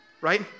right